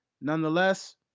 Nonetheless